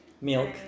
Milk